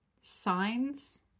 signs